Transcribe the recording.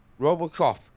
Robocop